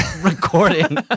recording